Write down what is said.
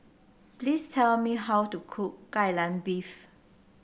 please tell me how to cook Kai Lan Beef